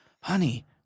honey